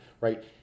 right